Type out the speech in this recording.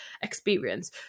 experience